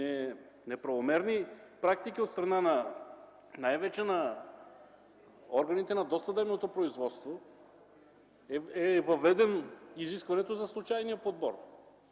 неправомерни практики от страна най-вече на органите на досъдебното производство, е въведено изискването за случайния подбор.